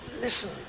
listen